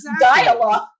dialogue